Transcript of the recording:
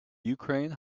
ukraine